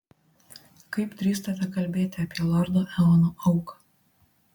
kaip drįstate kalbėti apie lordo eono auką